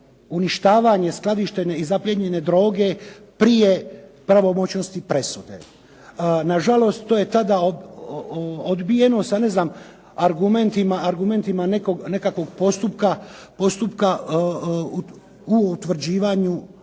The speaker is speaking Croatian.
uništavanje skladištene i zaplijenjene droge prije pravomoćnosti presude. Nažalost, to je tada odbijeno sa ne znam argumentima nekakvog postupka u utvrđivanja